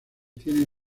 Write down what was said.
tiene